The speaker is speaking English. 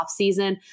offseason